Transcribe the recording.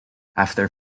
after